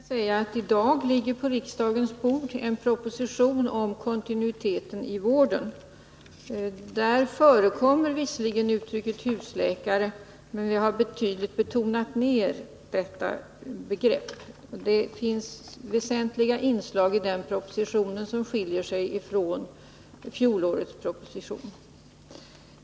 Herr talman! Till Karin Nordlander vill jag säga att i dag ligger på riksdagens bord en proposition om kontinuiteten i vården. Där förekommer visserligen uttrycket husläkare, men vi har betydligt tonat ner detta begrepp. Det finns väsentliga inslag i propositionen som skiljer sig från fjolårets proposition.